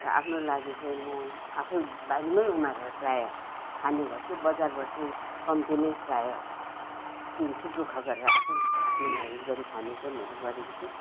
र आफ्नो लागि चाहिँ म आफै बारीमै उमारेर प्रायः खाने गर्छु बजारबाट चाहिँ कम्ती नै प्रायः किन्छु दुःख गरेर आफै आफ्नो लागि गरिखाने चाहिँ मैले गरेको छु